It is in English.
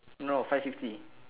no five fifty